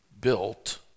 built